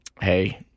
Hey